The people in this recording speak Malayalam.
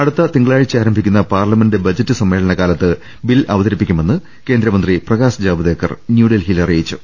അടുത്ത തിങ്കളാഴ്ച ആരംഭിക്കുന്ന പാർലമെന്റ് ബജറ്റ് സമ്മേളനകാലത്ത് ബിൽ അവതരിപ്പിക്കുമെന്ന് കേന്ദ്രമന്ത്രി പ്രകാശ് ജാവ്ദേക്കർ ന്യൂഡൽഹിയിൽ അറിയിച്ചു